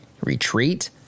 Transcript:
retreat